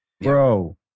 bro